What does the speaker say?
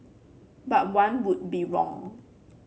but one would be wrong